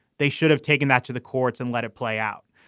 they should have taken that to the courts and let it play out.